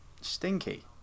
Stinky